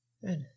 Good